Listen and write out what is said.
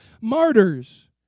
Martyrs